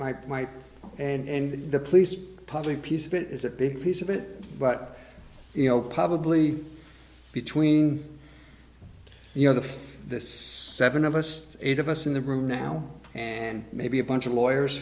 plight and the police public piece of it is a big piece of it but you know probably between you know the seven of us eight of us in the room now and maybe a bunch of lawyers